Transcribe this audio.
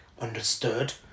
Understood